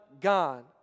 God